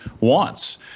wants